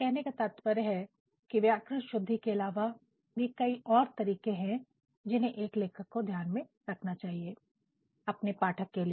कहने का तात्पर्य है की व्याकरण शुद्धि के अलावा भी कई और तरीके हैं जिन्हें एक लेखक को ध्यान में रखना चाहिए अपने पाठक के लिए